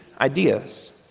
ideas